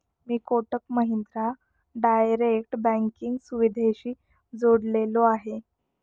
मी Kotak Mahindra direct banking सुविधेशी जोडलेलो आहे?